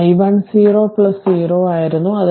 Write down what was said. അതിനാൽ i 1 0 0 ആയിരുന്നു